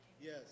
Yes